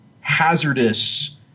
hazardous